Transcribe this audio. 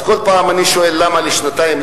אז כל פעם אני שואל למה לשנתיים,